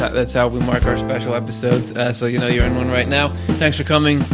that's how we mark our special episodes, so you know you're in one right now. thanks for coming.